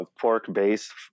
pork-based